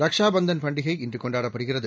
ரக்ஷா பந்தன் பண்டிகை இன்று கொண்டாடப்படுகிறது